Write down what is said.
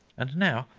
and now,